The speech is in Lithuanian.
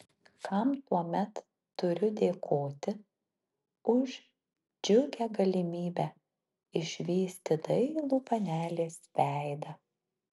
kam tuomet turiu dėkoti už džiugią galimybę išvysti dailų panelės veidą